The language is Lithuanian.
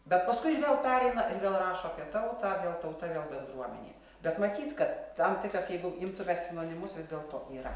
bet paskui ir vėl pereina ir vėl rašo apie tautą vėl tauta vėl bendruomenė bet matyt kad tam tikras jeigu imtume sinonimus vis dėlto yra